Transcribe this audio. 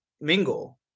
mingle